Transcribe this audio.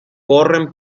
corren